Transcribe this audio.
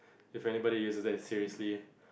if anybody use that seriously